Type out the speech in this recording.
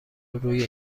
روی